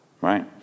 right